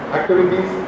activities